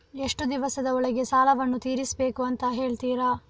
ಎಷ್ಟು ದಿವಸದ ಒಳಗೆ ಸಾಲವನ್ನು ತೀರಿಸ್ಬೇಕು ಅಂತ ಹೇಳ್ತಿರಾ?